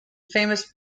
famous